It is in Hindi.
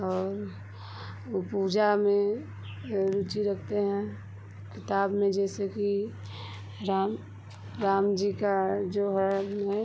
और ऊ पूजा में रुचि रखते हैं किताब में जैसे कि राम राम जी का जो है वह